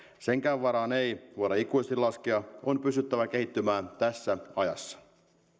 senkään varaan ei voida ikuisesti laskea on pystyttävä kehittymään tässä ajassa